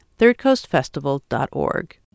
thirdcoastfestival.org